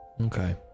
Okay